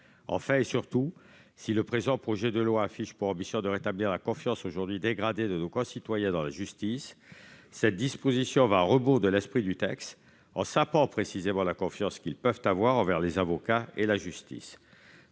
Enfin, et surtout, si le présent projet de loi affiche pour ambition de rétablir la confiance, aujourd'hui dégradée, de nos concitoyens dans la justice, cette disposition va à rebours de l'esprit du texte en sapant précisément la confiance qu'ils peuvent avoir envers les avocats et la justice.